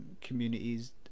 communities